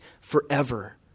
forever